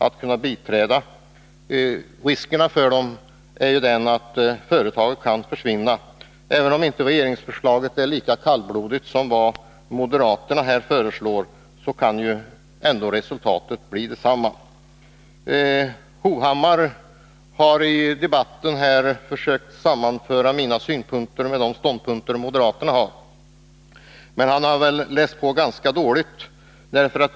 Det är omöjligt för oss att biträda det, då risken är att företaget försvinner. Även om inte regeringsförslaget är lika kallblodigt som moderaternas förslag, kan resultatet bli detsamma. Erik Hovhammar har i debatten försökt sammanföra mina synpunkter med moderaternas ståndpunkter. Han har då läst på ganska dåligt.